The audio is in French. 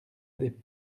des